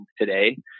today